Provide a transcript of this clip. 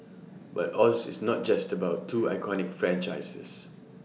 but Oz is not just about two iconic franchises